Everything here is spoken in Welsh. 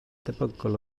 debygol